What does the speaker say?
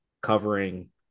covering